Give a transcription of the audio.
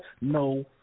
no